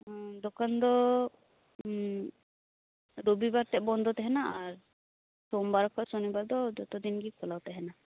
ᱫᱚᱠᱟᱱ ᱫᱚ ᱨᱚᱵᱤᱵᱟᱨ ᱛᱮᱫ ᱵᱚᱱᱫᱚ ᱛᱟᱦᱮᱱᱟ ᱟᱨ ᱥᱚᱢᱵᱟᱨ ᱠᱷᱚᱡ ᱥᱚᱱᱤᱵᱟᱨ ᱫᱚ ᱡᱚᱛᱚᱫᱤᱱ ᱜᱮ ᱠᱷᱩᱞᱟᱣ ᱛᱟᱦᱮᱱᱟ